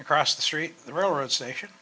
across the street the railroad station